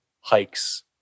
hikes